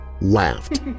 laughed